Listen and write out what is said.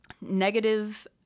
negative